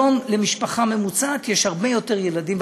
היום למשפחה ממוצעת יש הרבה יותר ילדים,